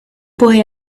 boy